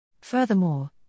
Furthermore